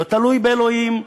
לא תלוי באלוהים,